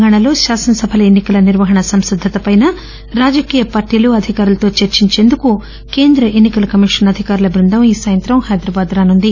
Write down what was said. తెలంగాణాలో కాసనసభ ఎన్నికల నిర్వహణ సంసిద్దతపై రాజకీయ పార్టీలు అధికారులతో చర్చించేందుకు కేంద్ర ఎన్ని కల సంఘం అధికారుల బృందం ఈ సాయంత్రం హైదరాబాద్ రానుంది